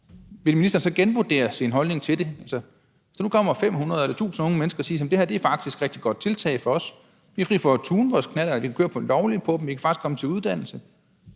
ville ministeren så genvurdere sin holdning til det? Hvad nu, hvis der kommer 500 eller 1.000 unge mennesker og siger: Det her er faktisk et rigtig godt tiltag for os, for vi er fri for at tune vores knallerter, vi kan køre lovligt på dem, og vi kan faktisk komme hen på vores